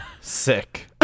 Sick